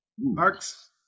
Marks